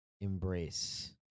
embrace